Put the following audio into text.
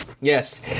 yes